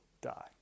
die